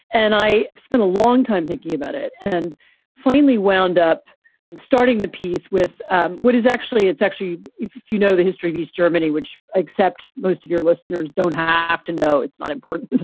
and i spent a long time thinking about it and finally wound up starting the piece with what is actually it's actually it's, you know, the history of east germany, which accept most of your listeners don't have to know. it's not important.